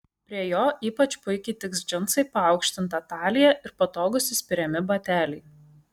prie jo ypač puikiai tiks džinsai paaukštinta talija ir patogūs įspiriami bateliai